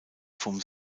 vom